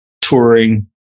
touring